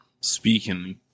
Speaking